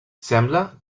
sembla